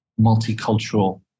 multicultural